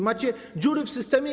Macie dziury w systemie.